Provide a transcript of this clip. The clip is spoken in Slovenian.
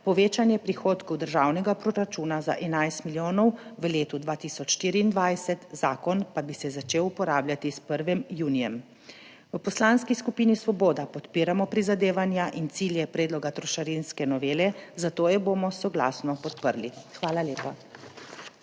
povečanje prihodkov državnega proračuna za 11 milijonov v letu 2024, zakon pa bi se začel uporabljati s 1. junijem. V Poslanski skupini Svoboda podpiramo prizadevanja in cilje predloga trošarinske novele, zato bomo soglasno podprli. Hvala lepa.